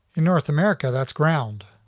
in north america, that's ground.